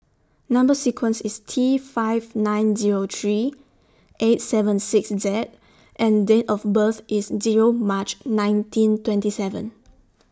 Number sequence IS T five nine Zero three eight seven six Z and Date of birth IS Zero March nineteen twenty seven